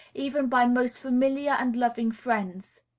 even by most familiar and loving friends.